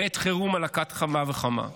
ובעת חרום על אחת כמה וכמה.